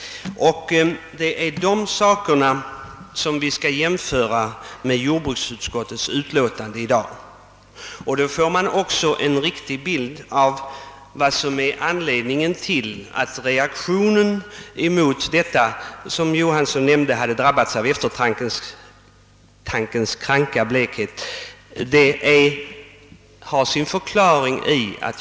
Det är detta som vi skall jämföra med jordbruksutskottets utlåtande i dag. Då får vi också en riktig bild av anledningen till att reaktionen mot utskottsutlåtandet i dag är mildare än den storm som herr Johanson nämnde.